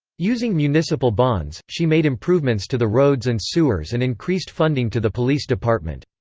using municipal bonds, she made improvements to the roads and sewers and increased funding to the police department.